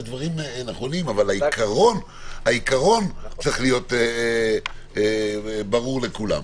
אבל העיקרון צריך להיות ברור לכולם.